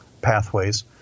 pathways